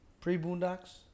Pre-Boondocks